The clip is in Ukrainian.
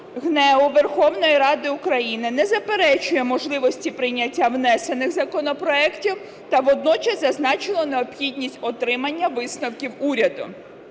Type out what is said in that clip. ГНЕУ Верховної Ради України не заперечує можливості прийняття внесених законопроектів та водночас зазначено необхідність отримання висновків уряду.